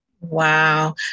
Wow